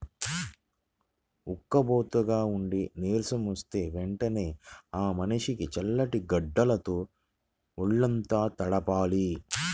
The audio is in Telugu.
ఉక్కబోతగా ఉండి నీరసం వస్తే వెంటనే ఆ మనిషిని చల్లటి గుడ్డతో వొళ్ళంతా తుడవాలి